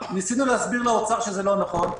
ניסינו להסביר לאוצר שזה לא נכון.